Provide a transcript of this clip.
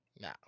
No